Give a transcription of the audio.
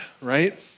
right